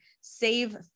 save